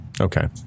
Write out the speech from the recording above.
Okay